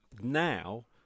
now